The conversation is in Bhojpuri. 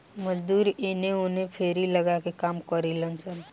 मजदूर एने ओने फेरी लगा के काम करिलन सन